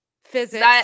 Physics